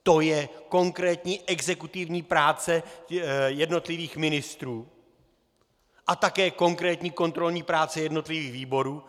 To je konkrétní exekutivní práce jednotlivých ministrů a také konkrétní kontrolní práce jednotlivých výborů.